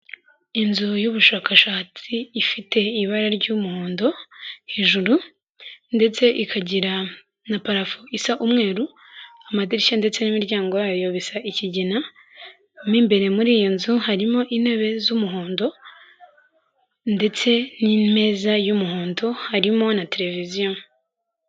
Inzu y'ubushakashatsi ifite ibara ry'umuhondo hejuru ndetse ikagira na parafu isa umweru; amadirishya ndetse n'imiryango wayo bisa ikigina; mo imbere muri iyo nzu harimo intebe z'umuhondo ndetse n'imeza y'umuhondo harimo na televiziyo.